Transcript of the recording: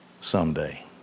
someday